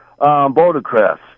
Bouldercrest